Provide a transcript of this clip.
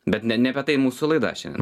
bet ne ne apie tai mūsų laida šiandien